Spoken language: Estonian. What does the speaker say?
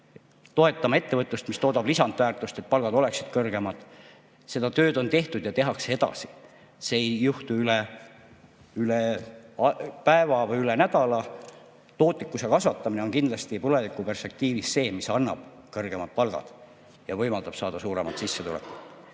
toetama ettevõtlust, mis toodab lisandväärtust, et palgad oleksid kõrgemad. Seda tööd on tehtud ja tehakse edasi. See ei juhtu üle päeva või üle nädala. Tootlikkuse kasvatamine on kindlasti tulevikuperspektiivis see, mis annab kõrgemad palgad ja võimaldab saada suuremat sissetulekut.